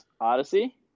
odyssey